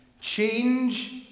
change